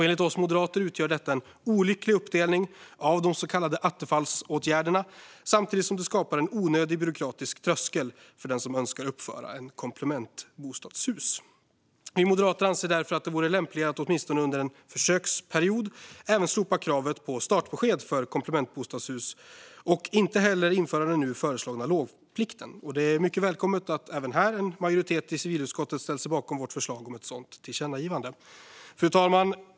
Enligt oss moderater utgör detta en olycklig uppdelning av de så kallade attefallsåtgärderna samtidigt som det skapar en onödigt byråkratisk tröskel för den som önskar uppföra ett komplementbostadshus. Vi anser därför att det vore lämpligare att åtminstone under en försöksperiod även slopa kravet på startbesked för komplementbostadshus och inte heller införa den nu föreslagna lovplikten. Det är mycket välkommet att en majoritet i civilutskottet även i detta fall har ställt sig bakom vårt förslag om ett sådant tillkännagivande. Fru talman!